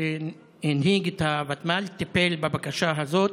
שהנהיג את הוותמ"ל, טיפל בבקשה הזאת,